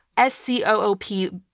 s c o o p,